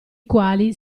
quali